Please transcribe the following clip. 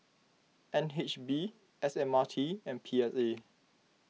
N H B S M R T and P S A